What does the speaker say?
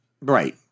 Right